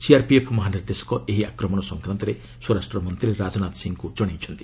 CRPF ମହାନିର୍ଦ୍ଦେଶକ ଏହି ଆକ୍ମଣ ସଂକାନ୍ତରେ ସ୍ୱରାଷ୍ଟ ମନ୍ତ୍ରୀ ରାଜନାଥ ସିଂହଙ୍କ ଜଣାଇଛନ୍ତି